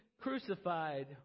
crucified